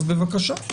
בבקשה.